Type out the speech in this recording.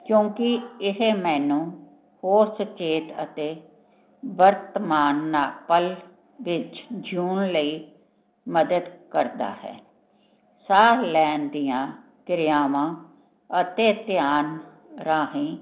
ਕਿਉਂਕਿ ਇਹ ਮੈਨੂੰ ਹੋਰ ਸੁਚੇਤ ਅਤੇ ਵਰਤਮਾਨ ਨਾ ਪਲ ਵਿੱਚ ਜਿਊਣ ਲਈ ਮਦਦ ਕਰਦਾ ਹੈ ਸਾਹ ਲੈਣ ਦੀਆਂ ਕਿਰਿਆਵਾਂ ਅਤੇ ਧਿਆਨ ਰਾਹੀਂ